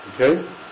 Okay